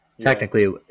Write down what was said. technically